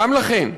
גם לכן,